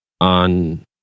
on